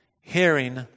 Hearing